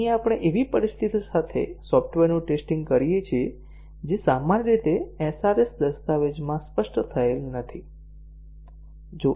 અહીં આપણે એવી પરિસ્થિતિઓ સાથે સોફ્ટવેરનું ટેસ્ટીંગ કરીએ છીએ જે સામાન્ય રીતે SRS દસ્તાવેજમાં સ્પષ્ટ થયેલ નથી